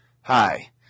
Hi